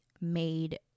made